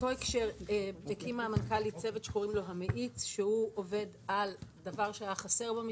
חקיקה וגם פיקוח על פעולות